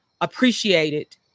appreciated